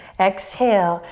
exhale,